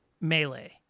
melee